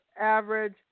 average